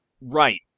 Right